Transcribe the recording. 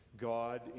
God